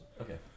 okay